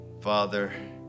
Father